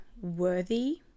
worthy